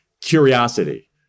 curiosity